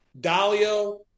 Dalio